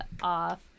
off